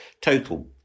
total